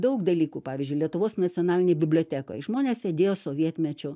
daug dalykų pavyzdžiui lietuvos nacionalinėj bibliotekoj žmonės sėdėjo sovietmečiu